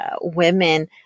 women